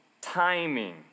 timing